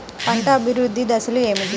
పంట అభివృద్ధి దశలు ఏమిటి?